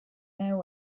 know